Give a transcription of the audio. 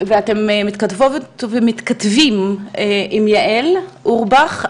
ואתם מתכתבות ומתכתבים עם יעל אורבך,